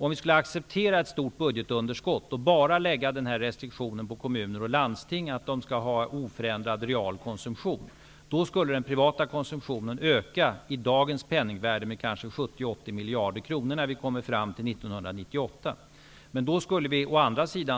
Om vi skulle acceptera ett stort budgetunderskott och bara lägga restriktionen på kommuner och landsting, att de skall ha oförändrad real konsumtion, skulle den privata konsumtionen i dagens penningvärde öka med kanske 70--80 miljarder kronor när vi kommer fram till 1998. Men då skulle vi